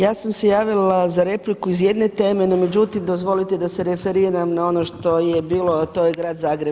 Ja sam se javila za repliku iz jedne teme, no međutim dozvolite da se referiram na ono što je bilo, a to je grad Zagreb.